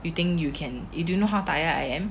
you think you can you don't know how tired I am